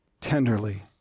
tenderly